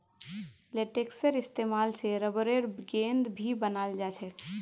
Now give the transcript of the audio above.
लेटेक्सेर इस्तेमाल से रबरेर गेंद भी बनाल जा छे